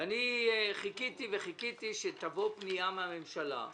אני חיכיתי וחיכיתי שתבוא פנייה מהממשלה.